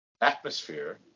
atmosphere